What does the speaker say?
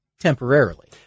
temporarily